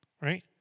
right